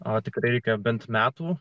o tik reikia bent metų